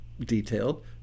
detailed